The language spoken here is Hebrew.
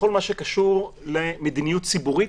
בכל הקשור למדיניות ציבורית,